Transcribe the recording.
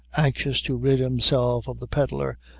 anxious to rid himself of the pedlar,